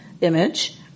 image